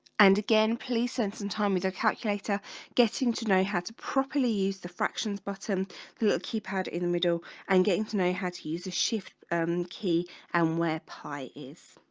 and again police and some time with a calculator getting to know how to properly use the fractions button to look keypad in the middle and getting to know how to use a shift key and where pi is